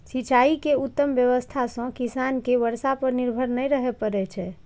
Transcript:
सिंचाइ के उत्तम व्यवस्था सं किसान कें बर्षा पर निर्भर नै रहय पड़ै छै